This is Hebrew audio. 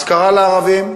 השכרה לערבים.